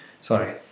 sorry